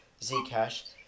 Zcash